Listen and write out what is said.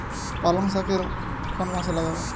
পালংশাক কোন মাসে লাগাব?